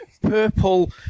Purple